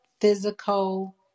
physical